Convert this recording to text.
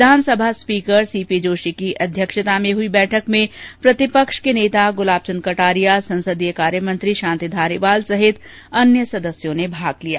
विधानसभा speaker C P Joshi की अध्यक्षता में हुई बैठक में प्रतिपक्ष के नेता गुलाबचंद कटारिया संसदीय कार्यमंत्री शांति धारीवाल सहित अन्य सदस्यों ने भाग लिया